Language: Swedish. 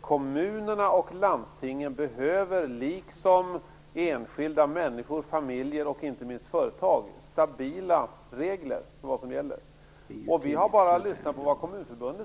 Kommuner och landsting liksom enskilda människor, familjer och inte minst företag behöver stabila regler för vad som gäller. Vi har bara lyssnat på Kommunförbundet.